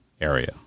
area